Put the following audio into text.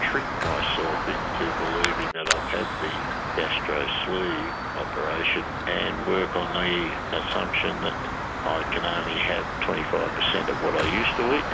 trick myself into believing that i've had the gastro-sleeve operation and work on the assumption that i can only have twenty five percent of what i used to eat.